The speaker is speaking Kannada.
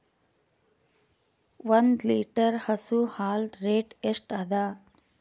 ಒಂದ್ ಲೀಟರ್ ಹಸು ಹಾಲ್ ರೇಟ್ ಎಷ್ಟ ಅದ?